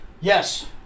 yes